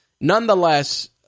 Nonetheless